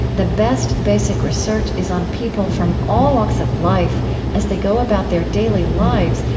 the best basic research is on people from all walks of life as they go about their daily lives,